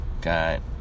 God